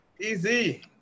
easy